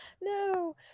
No